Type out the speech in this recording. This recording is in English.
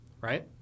right